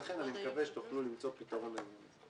לכן אני מקווה שתוכלו למצוא פתרון לעניין הזה.